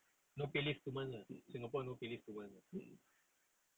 mmhmm